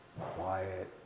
Quiet